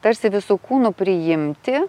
tarsi visu kūnu priimti